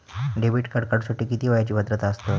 Debit card काढूसाठी किती वयाची पात्रता असतात?